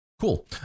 Cool